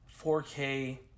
4K